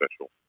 special